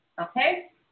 okay